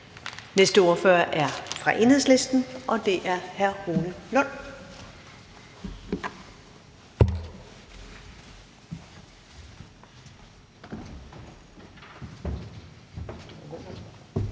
næste ordfører er fra Enhedslisten, og det er hr. Rune Lund.